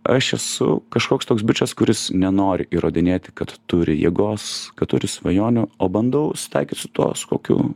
aš esu kažkoks toks bičas kuris nenori įrodinėti kad turi jėgos kad turi svajonių o bandau sutaikyt su tuo su kokiu